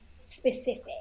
specific